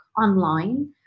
online